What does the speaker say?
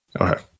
Okay